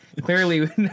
clearly